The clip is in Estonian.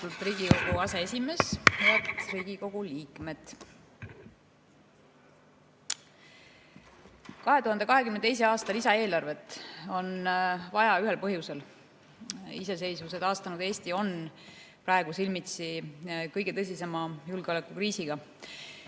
Riigikogu aseesimees! Head Riigikogu liikmed! 2022. aasta lisaeelarvet on vaja ühel põhjusel. Iseseisvuse taastanud Eesti on praegu silmitsi kõige tõsisema julgeolekukriisiga.